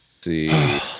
See